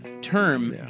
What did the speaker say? term